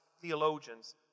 theologians